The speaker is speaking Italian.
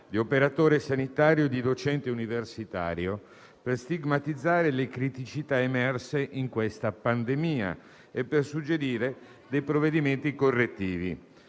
di operatore sanitario e di docente universitario per stigmatizzare le criticità emerse in questa pandemia e per suggerire provvedimenti correttivi.